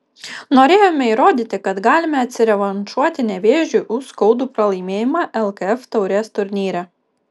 norėjome įrodyti kad galime atsirevanšuoti nevėžiui už skaudų pralaimėjimą lkf taurės turnyre